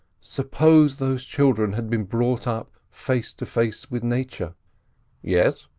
suppose those children had been brought up face to face with nature yes?